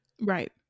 right